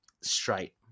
straight